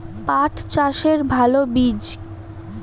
পাঠ চাষের ভালো বীজ?